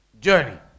Journey